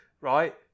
right